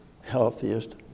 healthiest